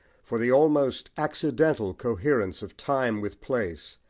for the almost accidental coherence of time with place,